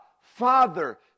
Father